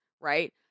Right